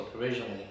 originally